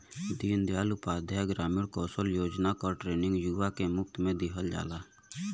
दीन दयाल उपाध्याय ग्रामीण कौशल योजना क ट्रेनिंग युवा के मुफ्त में दिहल जाला